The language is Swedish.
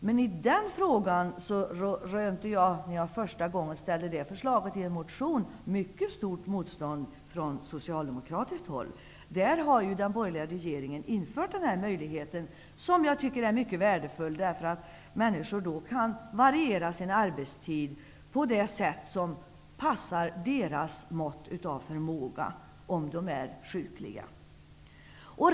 Men där rönte jag, när jag första gången framförde detta förslag i en motion, stort motstånd från socialdemokratiskt håll. Nu har den borgerliga regeringen infört denna möjlighet, som jag tycker är mycket värdefull. Människor kan då variera sin arbetstid på det sätt som passar deras mått av förmåga, om de är sjukliga.